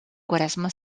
quaresma